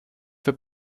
für